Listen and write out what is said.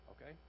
okay